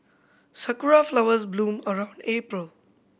sakura flowers bloom around April